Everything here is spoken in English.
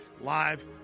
live